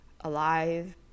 alive